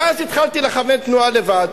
ואז התחלתי לכוון תנועה לבד.